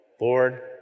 Lord